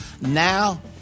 Now